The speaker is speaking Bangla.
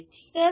ঠিক আছে